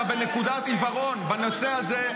אתה בנקודת עיוורון בנושא הזה.